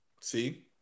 See